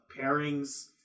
pairings